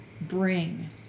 bring